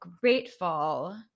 grateful